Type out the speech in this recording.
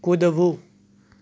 કૂદવું